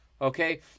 Okay